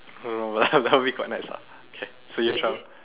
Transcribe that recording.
don't know lah now we got nights out K so